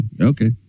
okay